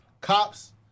cops